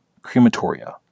Crematoria